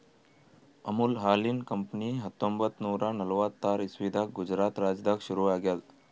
ಅಮುಲ್ ಹಾಲಿನ್ ಕಂಪನಿ ಹತ್ತೊಂಬತ್ತ್ ನೂರಾ ನಲ್ವತ್ತಾರ್ ಇಸವಿದಾಗ್ ಗುಜರಾತ್ ರಾಜ್ಯದಾಗ್ ಶುರು ಆಗ್ಯಾದ್